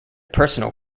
personal